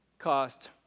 cost